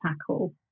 tackle